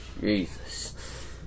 Jesus